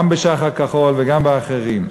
גם בשח"ר כחול וגם באחרים.